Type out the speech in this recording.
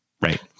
Right